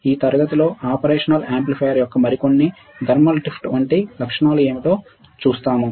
ఈ తరగతిలో operational amplifier యొక్క మరికొన్ని థర్మల్ డ్రిఫ్ట్ వంటి లక్షణాలు ఏమిటో చూస్తాము